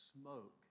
smoke